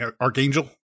Archangel